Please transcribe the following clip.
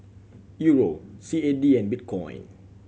Euro C A D and Bitcoin